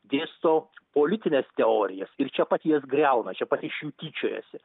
dėsto politines teorijas ir čia pat jas griauna čia pat iš jų tyčiojasi